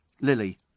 Lily